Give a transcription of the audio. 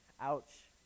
Ouch